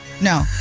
No